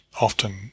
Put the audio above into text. often